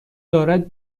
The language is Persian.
دارد